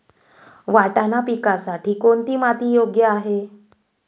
वाटाणा पिकासाठी कोणती माती योग्य आहे?